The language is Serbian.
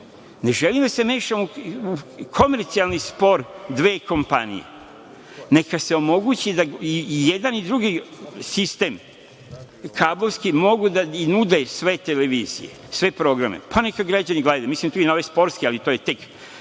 ne želim da se mešam u komercijalni spor dve kompanije, neka se omogući i jedan i drugi sistem, kablovski mogu da nude sve televizije, sve programe, pa neka građani gledaju, a tu mislim i na ove sportske ali to je tek,